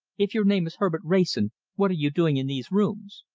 if your name is herbert wrayson, what are you doing in these rooms?